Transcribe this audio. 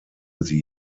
sie